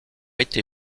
été